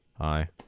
Hi